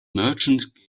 merchant